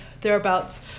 thereabouts